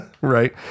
right